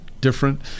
different